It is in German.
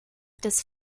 des